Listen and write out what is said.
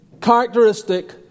characteristic